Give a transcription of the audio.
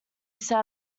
set